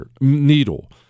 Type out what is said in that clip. needle